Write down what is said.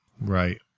Right